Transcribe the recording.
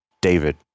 David